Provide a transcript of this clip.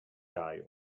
guy